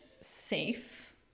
safe